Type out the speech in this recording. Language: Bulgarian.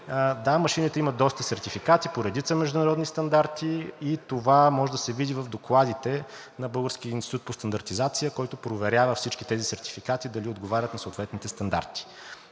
Да, машините имат доста сертификати по редица международни стандарти и това може да се види в докладите на Българския институт по стандартизация, който проверява всички тези сертификати дали отговарят на съответните стандарти.